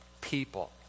people